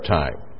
time